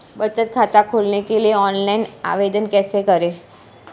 बचत खाता खोलने के लिए ऑनलाइन आवेदन कैसे करें?